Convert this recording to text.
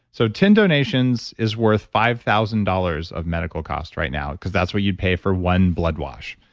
so, ten donations is worth five thousand dollars of medical costs right now because that's what you'd pay for one blood wash,